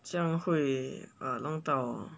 这样会 uh 弄到